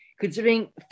considering